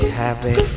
happy